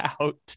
out